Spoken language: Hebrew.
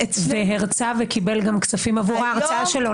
והרצה וקיבל גם כספים עבור ההרצאה שלו.